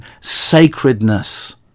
sacredness